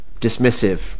dismissive